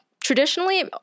Traditionally